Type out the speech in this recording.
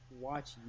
watch